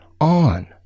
on